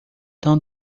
tão